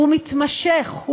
הוא מתמשך.